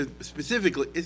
specifically